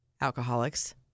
alcoholics